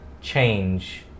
change